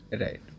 Right